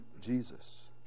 Jesus